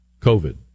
COVID